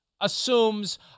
assumes